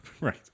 Right